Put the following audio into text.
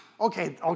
Okay